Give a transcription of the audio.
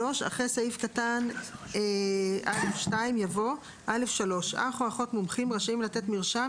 (3)אחרי סעיף קטן (א2) יבוא: "(א3) אח או אחות מומחים רשאים לתת מרשם,